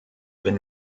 been